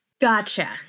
Gotcha